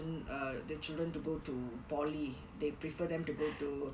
err the children to go to polytechnic they prefer them to go to